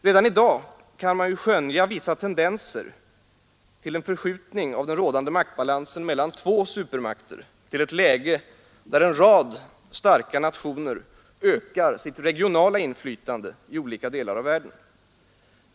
Redan i dag kan man skönja vissa tendenser till en förskjutning av den rådande maktbalansen mellan två supermakter till ett läge där en rad starka nationer ökar sitt regionala inflytande i olika delar av världen.